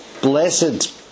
blessed